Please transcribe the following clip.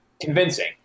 convincing